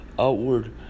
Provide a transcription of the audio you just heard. Outward